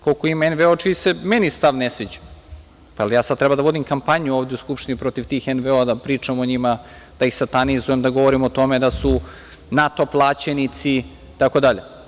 Koliko ima NVO čiji se meni stav ne sviđa, pa jel ja sad treba da vodim kampanju ovde u Skupštini protiv tih NVO, da pričam o njima, da ih satanizujem, da govorim o tome da su NATO plaćenici itd?